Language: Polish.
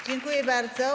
Dziękuję bardzo.